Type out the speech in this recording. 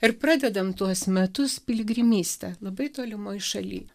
ir pradedam tuos metus piligrimyste labai tolimoj šaly